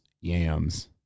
yams